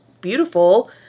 beautiful